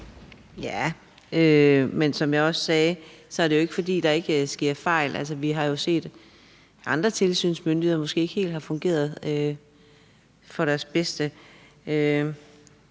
Jah, men som jeg også sagde, er det jo ikke, fordi der ikke sker fejl. Altså, vi har jo set andre tilsynsmyndigheder, som måske ikke helt har fungeret efter deres bedste;